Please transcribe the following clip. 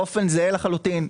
באופן זהה לחלוטין,